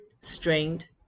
strained